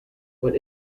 what